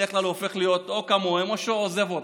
בדרך כלל הופך להיות כמוהם או שהוא עוזב אותם.